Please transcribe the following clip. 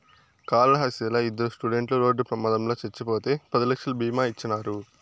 కాళహస్తిలా ఇద్దరు స్టూడెంట్లు రోడ్డు ప్రమాదంలో చచ్చిపోతే పది లక్షలు బీమా ఇచ్చినారు